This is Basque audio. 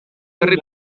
berri